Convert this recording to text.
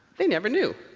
they never knew.